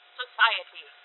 society